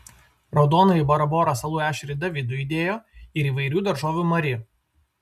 raudonąjį bora bora salų ešerį davidui įdėjo ir įvairių daržovių mari